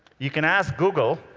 you can ask google,